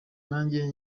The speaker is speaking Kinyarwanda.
nanjye